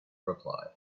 reply